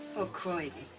or croydon